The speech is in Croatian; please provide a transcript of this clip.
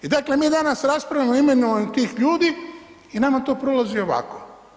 I dakle mi danas raspravljamo o imenovanju tih ljudi i nama to prolazi ovako.